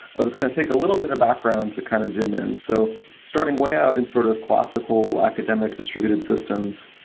but it's going to take a little bit of background to kind of zoom in. so starting way out in sort of classical academic distributed systems,